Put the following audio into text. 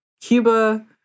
Cuba